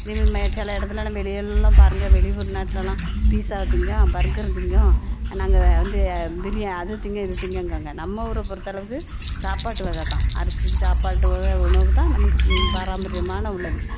சில இடத்துல வெளிய எல்லாம் பாருங்க வெளி ஊர் நாட்டில் எல்லாம் பீசாவை திங்கோம் பர்கரை திங்கோம் நாங்கள் வந்து பிரி அதை திங்கவும் இதை திங்கங்காங்க நம்ம ஊரை பொறுத்த அளவுக்கு சாப்பாட்டு வகை தான் அரிசி சாப்பாட்டு வகை உணவு தான் நமக்கு பாரம்பரியம்மான உள்ளது